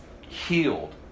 healed